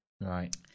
Right